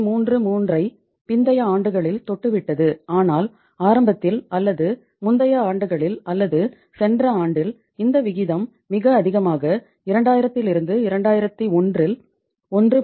33ஐ பிந்தைய ஆண்டுகளில் தொட்டுவிட்டது ஆனால் ஆரம்பத்தில் அல்லது முந்தைய ஆண்டுகளில் அல்லது சென்ற ஆண்டில் இந்த விகிதம் மிக அதிகமாக 2000 2001 இல் 1